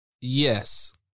Yes